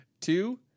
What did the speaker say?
Two